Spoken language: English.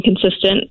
consistent